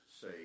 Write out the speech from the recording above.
say